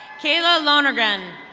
kayla lonnergun.